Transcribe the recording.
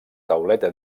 tauleta